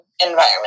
environment